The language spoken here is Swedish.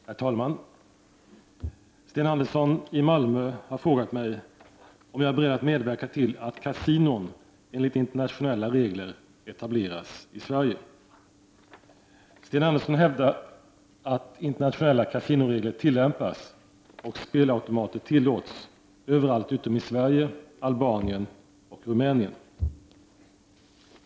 Herr talman! Sten Andersson i Malmö har frågat mig om jag är beredd att medverka till att kasinon enligt internationella regler etableras i Sverige. Sten Andersson i Malmö hävdar att internationella kasinoregler tillämpas och spelautomater tillåts över allt utom i Sverige, Albanien och Rumänien.